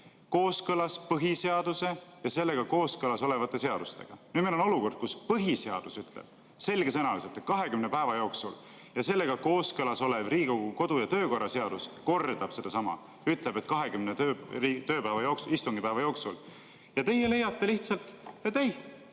kooskõlas põhiseaduse ja sellega kooskõlas olevate seadustega. Nüüd meil on olukord, kus põhiseadus ütleb selgesõnaliselt, et 20 päeva jooksul, ja sellega kooskõlas olev Riigikogu kodu- ja töökorra seadus kordab sedasama: 20 istungipäeva jooksul. Ja teie leiate lihtsalt, et ei,